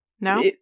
no